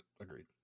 agreed